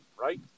right